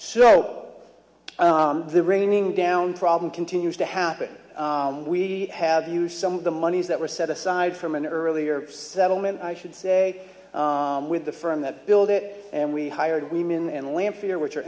so the ringing down problem continues to happen and we have used some of the monies that were set aside from an earlier settlement i should say with the firm that build it and we hired women and lanphier which are